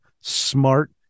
smart